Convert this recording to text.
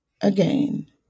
again